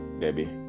Debbie